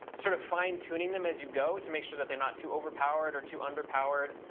sort of fine tuning them as you go to make sure that they're not too overpowered or too underpowered,